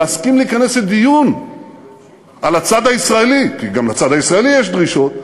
להסכים להיכנס לדיון על הצד הישראלי כי גם לצד הישראלי יש דרישות,